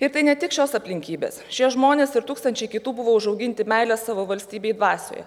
ir tai ne tik šios aplinkybės šie žmonės ir tūkstančiai kitų buvo užauginti meilės savo valstybei dvasioje